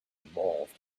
involved